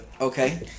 Okay